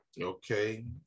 Okay